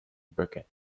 bucket